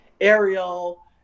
Ariel